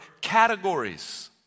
categories